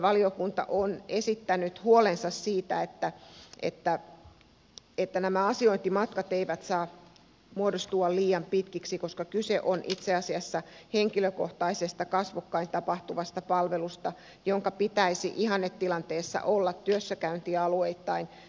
valiokunta on esittänyt huolensa siitä että nämä asiointimatkat eivät saa muodostua liian pitkiksi koska kyse on itse asiassa henkilökohtaisesta kasvokkain tapahtuvasta palvelusta jonka pitäisi ihannetilanteessa olla työssäkäyntialueittain perustuvissa toimipisteissä